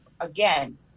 again